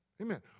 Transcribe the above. Amen